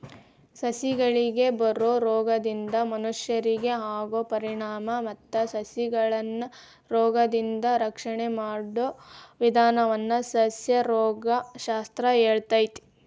ಸಸಿಗಳಿಗೆ ಬರೋ ರೋಗದಿಂದ ಮನಷ್ಯರಿಗೆ ಆಗೋ ಪರಿಣಾಮ ಮತ್ತ ಸಸಿಗಳನ್ನರೋಗದಿಂದ ರಕ್ಷಣೆ ಮಾಡೋ ವಿದಾನವನ್ನ ಸಸ್ಯರೋಗ ಶಾಸ್ತ್ರ ಹೇಳ್ತೇತಿ